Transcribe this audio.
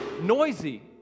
noisy